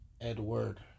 Edward